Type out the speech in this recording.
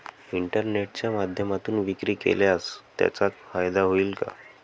इंटरनेटच्या माध्यमातून विक्री केल्यास त्याचा फायदा होईल का?